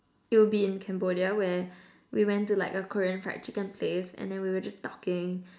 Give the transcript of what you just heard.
it would be in Cambodia where we went to a Korean fried chicken place and then we were just talking